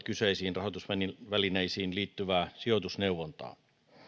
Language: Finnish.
kyseisiin rahoitusvälineisiin liittyvää sijoitusneuvontaa